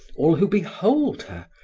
all who behold her,